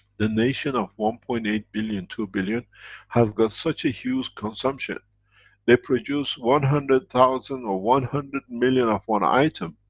the nation of one point eight billion, two billion has got such a huge consumption they produce one hundred thousand or one hundred million of one item